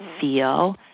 feel